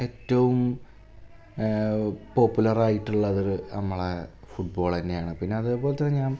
ഏറ്റവും പോപ്പുലറായിട്ടുള്ളവർ നമ്മളെ ഫുട്ബോൾ തന്നെയാണ് പിന്നതേപോലത്തത് ഞാൻ